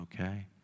okay